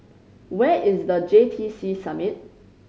where is The J T C Summit